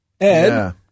Ed